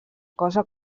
cosa